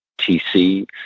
TC